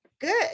Good